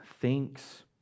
thinks